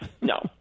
no